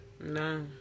No